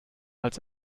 als